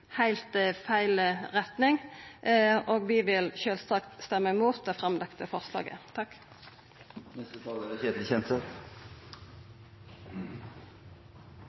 heilt feil retning. Vi vil sjølvsagt stemma imot forslaget som er